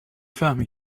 فهمی